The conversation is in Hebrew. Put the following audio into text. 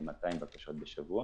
4,200 בקשות בשבוע.